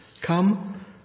Come